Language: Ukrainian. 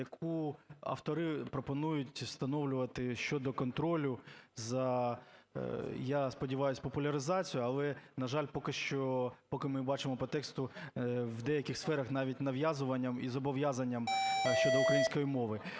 яку автори пропонують встановлювати щодо контролю за, я сподіваюсь, популяризацію, але, на жаль, поки що, поки ми бачимо по тексту в деяких сферах навіть нав'язуванням і зобов'язанням щодо української мови.